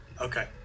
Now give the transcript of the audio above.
Okay